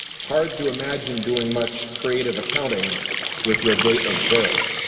hard to imagine doing much creative accounting with your date of birth.